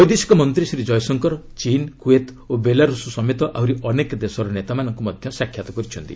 ବୈଦେଶିକ ମନ୍ତ୍ରୀ ଶ୍ରୀ ଜୟଶଙ୍କର ଚୀନ୍ କୁଏତ୍ ଓ ବେଲାରୁଷ ସମେତ ଆହୁରି ଅନେକ ଦେଶର ନେତାମାନଙ୍କୁ ମଧ୍ୟ ସାକ୍ଷାତ୍ କରିଛନ୍ତି